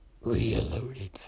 Reloaded